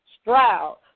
Stroud